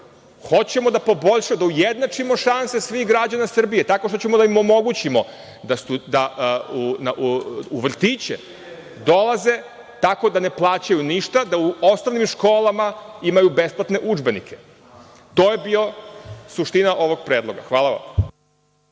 kaže – hoćemo da ujednačimo šanse svih građana Srbije tako što ćemo da im omogućimo da u vrtiće dolaze tako da ne plaćaju ništa, da u osnovnim školama imaju besplatne udžbenike. To je bila suština ovog predloga. Hvala.